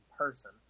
person